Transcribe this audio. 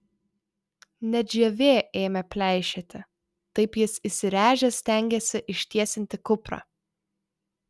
net žievė ėmė pleišėti taip jis įsiręžęs stengėsi ištiesinti kuprą